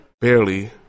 Barely